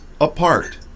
apart